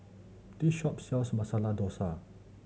this shop sells Masala Dosa